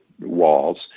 walls